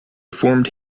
formed